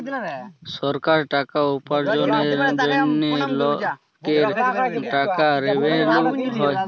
সরকার টাকা উপার্জলের জন্হে লকের ট্যাক্স রেভেন্যু লেয়